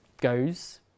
goes